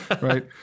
right